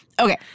Okay